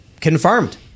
confirmed